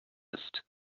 list